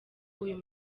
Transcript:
uyu